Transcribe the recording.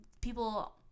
people